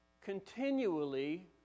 continually